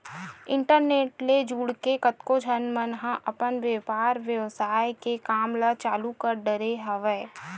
internet ले जुड़के कतको झन मन ह अपन बेपार बेवसाय के काम ल चालु कर डरे हवय